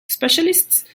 specialists